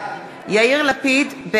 בעד אורי מקלב, נגד איילת נחמיאס